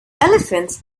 elephants